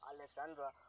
Alexandra